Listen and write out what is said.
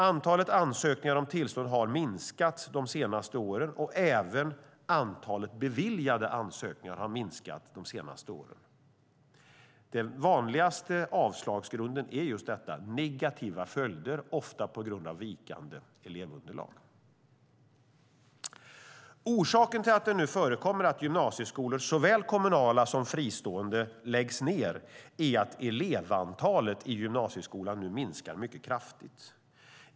Antalet ansökningar om tillstånd har minskat de senaste åren, och även antalet beviljade ansökningar har minskat de senaste åren. Den vanligaste avslagsgrunden är just negativa följder, ofta på grund av vikande elevunderlag. Orsaken till att det förekommer att gymnasieskolor, såväl kommunala som fristående, läggs ned är att elevantalet i gymnasieskolan nu minskar kraftigt.